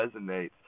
resonates